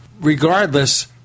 Regardless